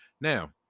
Now